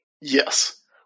Yes